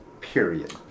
period